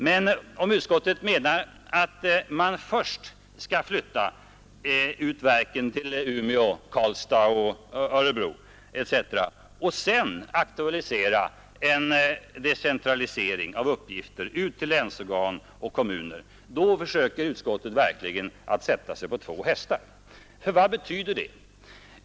Men om utskottet menar att man först skall flytta ut verken till Umeå, Karlstad, Örebro etc. och sedan aktualisera en decentralisering av uppgifter ut till länsorgan och kommuner, då försöker utskottet verkligen att sätta sig på två hästar. För vad betyder det?